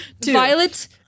Violet